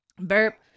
burp